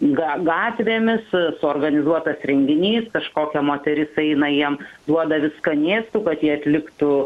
ga gatvėmis suorganizuotas renginys kažkokia moteris eina jiems duoda vis skanėstų kad jie atliktų